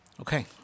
Okay